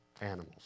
animals